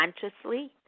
consciously